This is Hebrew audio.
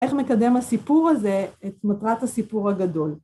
איך מקדם הסיפור הזה את מטרת הסיפור הגדול?